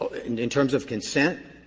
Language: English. and in terms of consent?